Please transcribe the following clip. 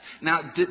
Now